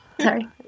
sorry